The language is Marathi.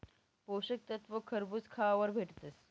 पोषक तत्वे खरबूज खावावर भेटतस